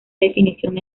definición